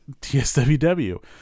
TSWW